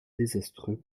désastreux